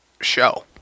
show